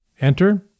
Enter